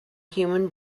human